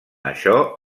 això